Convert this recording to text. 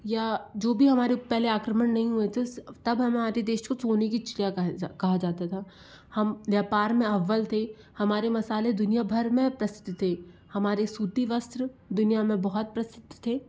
या जो भी हमारे पहले आक्रमण नहीं हुए थे उस तब हमारे देश को सोने की चिड़िया कहा जा कहा जाता था हम व्यपार मे अव्वल थे हमारे मसाले दुनिया भर मे प्रसिद्ध थे हमारे सूती वस्त्र दुनिया मे बहुत प्रसिद्ध थे